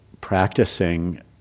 practicing